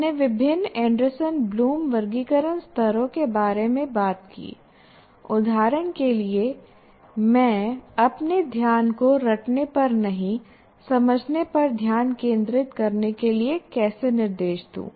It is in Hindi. हमने विभिन्न एंडरसन ब्लूम वर्गीकरण स्तरों के बारे में बात की उदाहरण के लिए मैं अपने ध्यान को रटने पर नहीं समझने पर ध्यान केंद्रित करने के लिए कैसे निर्देश दूं